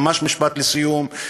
ממש משפט לסיום,